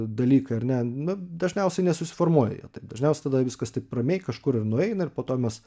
dalykai ar ne na dažniausiai nesusiformuoja jie taip dažniausiai tada viskas taip ramiai kažkur ir nueina ir po to mes